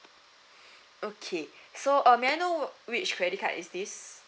okay so uh may I know which credit card is this